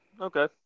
Okay